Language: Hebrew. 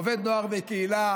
עובד נוער וקהילה,